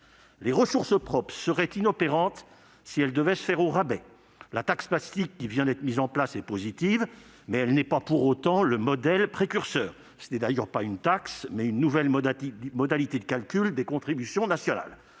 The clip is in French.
Ces ressources propres seraient inopérantes si elles devaient être instaurées au rabais. Si la taxe plastique qui vient d'être mise en place est positive, elle n'est pas pour autant le modèle précurseur. D'ailleurs, il s'agit non pas d'une taxe, mais une nouvelle modalité de calcul des contributions nationales.